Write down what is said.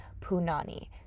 punani